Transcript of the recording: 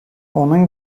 onun